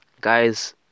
guys